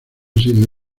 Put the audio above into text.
sido